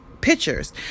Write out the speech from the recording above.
pictures